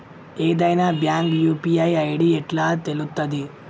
ఏదైనా bank UPI ID ఎట్లా తెలుత్తది?